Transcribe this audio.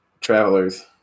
travelers